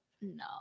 No